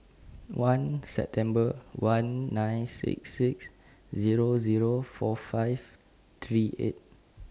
one September one nine six six Zero Zero four five three eight